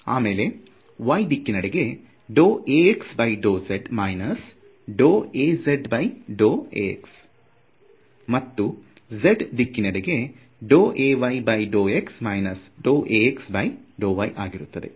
ಆಮೇಲೆ y ದಿಕ್ಕಿನೆಡೆಗೆ ∂Ax∂z − ∂Az ∂x ಮತ್ತು z ದಿಕ್ಕಿನೆಡೆಗೆ ∂Ay∂x − ∂Ax∂y ಆಗಿರುತ್ತದೆ